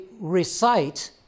recite